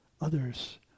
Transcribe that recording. others